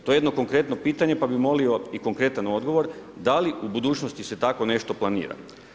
To je jedno konkretno pitanje, pa bih molio i konkretan odgovor da li u budućnosti se tako nešto planira?